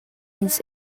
ins